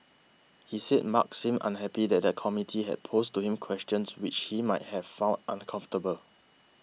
he said Mark seemed unhappy that the committee had posed to him questions which he might have found uncomfortable